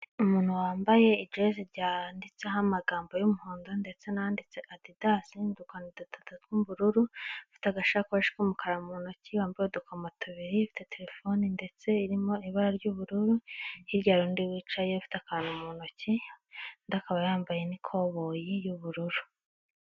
Umuntu wambaye ijezi ryanditseho amagambo y'umuhondo ndetse nanditse adidasi n'udukoni dutatu tw'ubururu, afite agasakoshi k'umukara mu ntoki, wambaye udukoma tubiri afite telefone ndetse irimo ibara ry'ubururu, hirya hari undi wicaye afite akantu mu ntoki undi akaba yambaye n'ikoboyi y'ubururu.